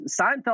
Seinfeld